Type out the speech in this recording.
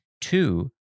Two